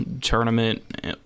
tournament